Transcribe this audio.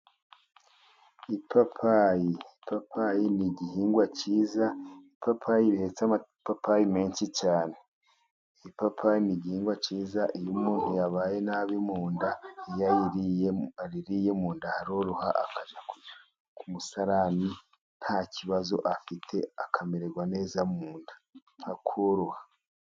Ipapayi. Ipapayi ni igihingwa kiza, ipapayi rihetse amapapayi menshi cyane. Ipapayi igihingwa kiza, iyo umuntu yabaye nabi mu nda, iyo aririye mu nda aroroha akajya ku musarani nta kibazo afite, akamererwa neza, mu nda hakoroha.